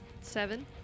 Seven